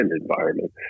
environment